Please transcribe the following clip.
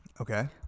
Okay